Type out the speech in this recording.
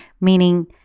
meaning